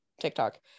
tiktok